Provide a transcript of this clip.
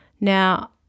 Now